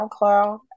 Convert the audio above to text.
SoundCloud